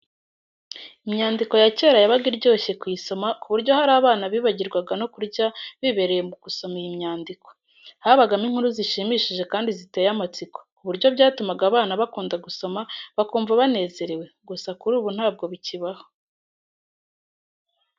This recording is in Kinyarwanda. Imyandiko ya cyera yabaga iryoshye kuyisoma ku buryo hari abana bibagirwaga no kurya bibereye mu gusoma iyi myandiko. Habagamo inkuru zishimishije kandi ziteye amatsiko, ku buryo byatumaga abana bakunda gusoma bakumva banezerewe. Gusa kuri ubu ntabwo bikibaho.